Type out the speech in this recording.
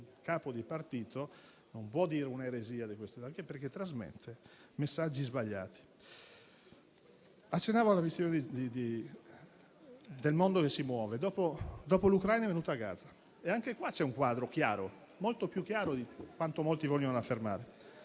un capo di partito non possa dire un'eresia di questo tipo, perché trasmette messaggi sbagliati. Accennavo alla visione del mondo che si muove. Dopo l'Ucraina è venuta a Gaza e anche a tale proposito c'è un quadro chiaro, molto più chiaro di quanto molti vogliano affermare.